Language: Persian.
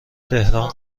تهران